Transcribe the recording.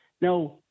now